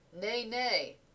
nay-nay